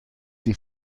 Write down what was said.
die